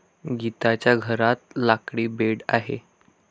गीताच्या घरात लाकडी बेड आहे